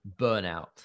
burnout